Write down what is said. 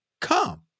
Come